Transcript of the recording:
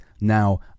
Now